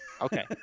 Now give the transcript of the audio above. Okay